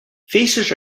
faces